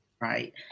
right